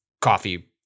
coffee